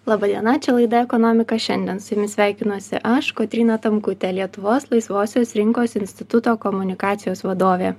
laba diena čia laida ekonomika šiandien su jumis sveikinuosi aš kotryna tamkutė lietuvos laisvosios rinkos instituto komunikacijos vadovė